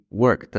work